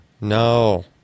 No